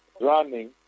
running